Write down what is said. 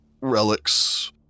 relics